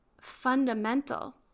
fundamental